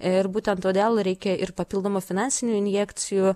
ir būtent todėl reikia ir papildomų finansinių injekcijų